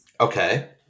Okay